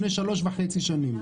לפני 3.5 שנים.